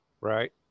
Right